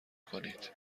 کنید